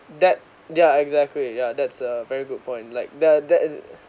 that yeah exactly yeah that's a very good point like the the